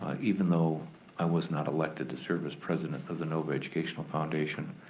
um even though i was not elected to serve as president of the novi educational foundation,